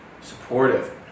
supportive